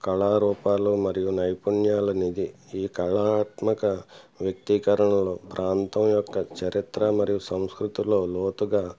కళారూపాలు మరియు నైపుణ్యాలు అనేది ఈ కళాత్మక వ్యక్తికరణలో ప్రాంతం యొక్క చరిత్ర మరియు సంస్కృతులో లోతుగా